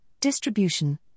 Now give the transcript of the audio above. distribution